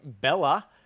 Bella